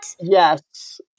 Yes